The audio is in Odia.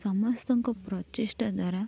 ସମସ୍ତଙ୍କ ପ୍ରଚେଷ୍ଟା ଦ୍ଵାରା